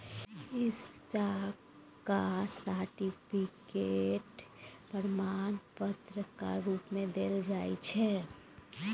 stock certificate प्रमाण पत्रक रुप मे देल जाइ छै